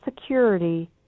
security